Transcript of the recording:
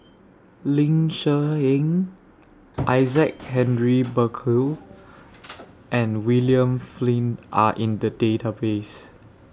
Ling Cher Eng Isaac Henry Burkill and William Flint Are in The Database